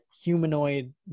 humanoid